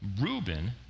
Reuben